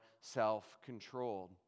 self-controlled